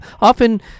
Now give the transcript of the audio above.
often